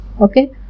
okay